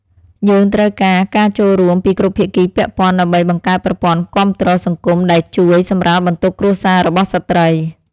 យើងត្រូវការការចូលរួមពីគ្រប់ភាគីពាក់ព័ន្ធ ដើម្បីបង្កើតប្រព័ន្ធគាំទ្រសង្គមដែលជួយសម្រាលបន្ទុកគ្រួសាររបស់ស្ត្រី។